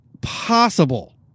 possible